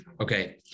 Okay